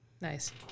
Nice